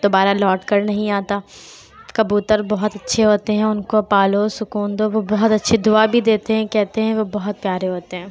دوبارہ لوٹ کر نہیں آتا کبوتر بہت اچھے ہوتے ہیں اور ان کو پالو سکون دو وہ بہت اچھے دعا بھی دیتے ہیں کہتے ہیں وہ بہت پیارے ہوتے ہیں